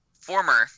former